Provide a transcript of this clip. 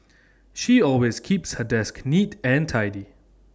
she always keeps her desk neat and tidy